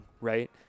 right